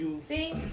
See